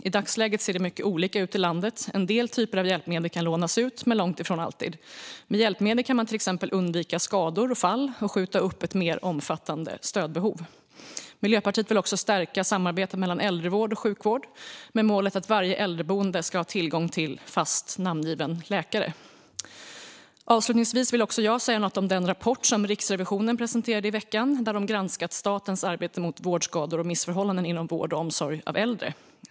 I dagsläget ser det mycket olika ut i landet. En del typer av hjälpmedel kan lånas ut, men långt ifrån alltid. Med hjälpmedel kan man till exempel undvika skador och fall och skjuta upp ett mer omfattande stödbehov. Miljöpartiet vill också stärka samarbetet mellan äldrevård och sjukvård med målet att varje äldreboende ska ha tillgång till fast namngiven läkare. Avslutningsvis vill också jag säga något om den rapport som Riksrevisionen presenterade i veckan där de har granskat statens arbete mot vårdskador och missförhållanden inom vård och omsorg av äldre.